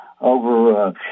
over